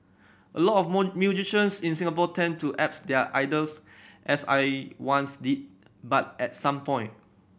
a lot of more musicians in Singapore tend to apes their idols as I once did but at some point